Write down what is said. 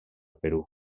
perú